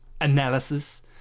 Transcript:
Analysis